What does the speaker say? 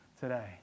today